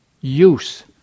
use